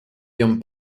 john